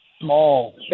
small